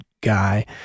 guy